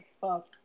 fuck